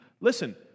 listen